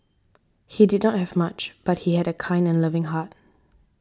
he did not have much but he had a kind and loving heart